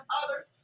others